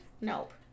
Nope